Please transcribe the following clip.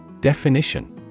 Definition